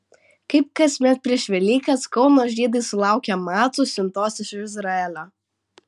kaip kasmet prieš velykas kauno žydai sulaukė macų siuntos iš izraelio